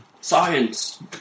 science